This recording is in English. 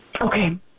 Okay